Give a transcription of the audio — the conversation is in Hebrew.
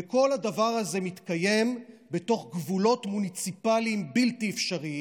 וכל הדבר הזה מתקיים בתוך גבולות מוניציפליים בלתי אפשריים.